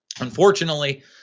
Unfortunately